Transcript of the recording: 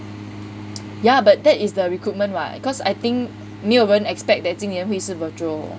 yeah but that is the recruitment [what] cause I think 没有人 expect that 今年会是 virtual